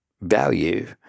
value